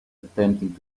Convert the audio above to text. attempting